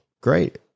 great